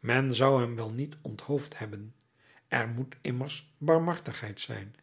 men zou hem wel niet onthoofd hebben er moet immers barmhartigheid zijn